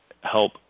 help